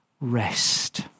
rest